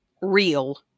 real